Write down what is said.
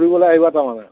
ফুৰিবলে আহিবা তাৰমানে